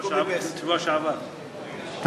לא,